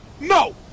No